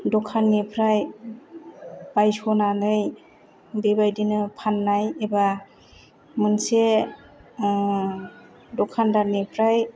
दखाननिफ्राय बायस'नानै बेबायदिनो फाननाय एबा मोनसे उम दखानदारनिफ्राय